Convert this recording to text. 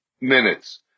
minutes